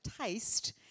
taste